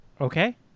Okay